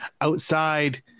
outside